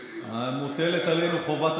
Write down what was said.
מאחוריך לא עומדת חצי